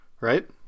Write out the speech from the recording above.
Right